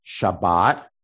Shabbat